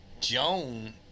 Joan